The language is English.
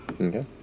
Okay